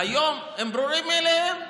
היום הם ברורים מאליהם.